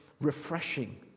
refreshing